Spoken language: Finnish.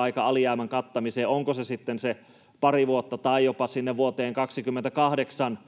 aika alijäämän kattamiseen, onko se sitten se pari vuotta tai jopa sinne vuoteen 28